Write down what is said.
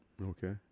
okay